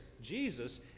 Jesus